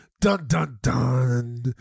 dun-dun-dun